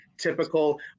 Typical